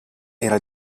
era